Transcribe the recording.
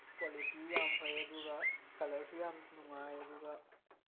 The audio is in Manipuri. ꯀ꯭ꯋꯥꯂꯤꯇꯤ ꯌꯥꯝ ꯐꯩ ꯑꯗꯨꯒ ꯀꯂꯔꯁꯨ ꯌꯥꯝ ꯅꯨꯡꯉꯥꯏ ꯑꯗꯨꯒ